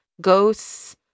Ghosts